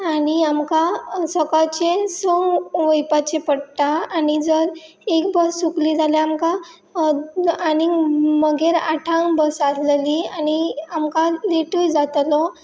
आनी आमकां सकाळचें सं वयपाचें पडटा आनी जर एक बस चुकली जाल्यार आमकां आनीक मागीर आठां बस आसलेली आनी आमकां लेटूय जातलो